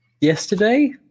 yesterday